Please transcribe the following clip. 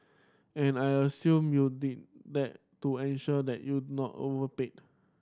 and I assume you did that to ensure that you do not overpaid